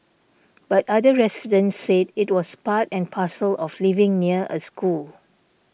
but other residents said it was part and parcel of living near a school